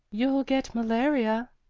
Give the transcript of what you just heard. you'll get malaria,